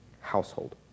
household